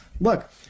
Look